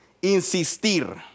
insistir